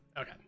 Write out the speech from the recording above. okay